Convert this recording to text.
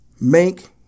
make